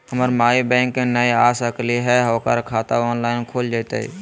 हमर माई बैंक नई आ सकली हई, ओकर खाता ऑनलाइन खुल जयतई?